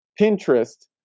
Pinterest